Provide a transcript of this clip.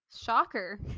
Shocker